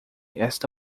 esta